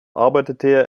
arbeitete